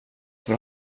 för